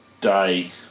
day